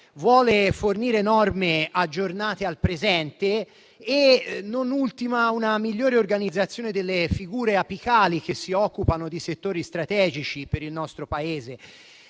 di fornire norme aggiornate al presente e, non ultima, una migliore organizzazione delle figure apicali che si occupano di settori strategici per il nostro Paese.